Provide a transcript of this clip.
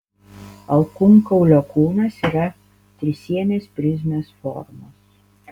alkūnkaulio kūnas yra trisienės prizmės formos